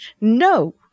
No